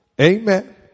amen